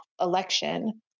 election